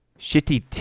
Shitty